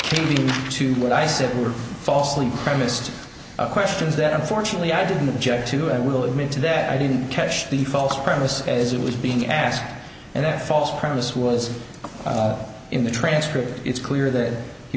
to what i said were falsely premised questions that unfortunately i didn't object to i will admit to that i didn't catch the false premise as it was being asked and that false premise was in the transcript it's clear that he